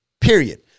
period